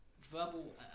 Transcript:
verbal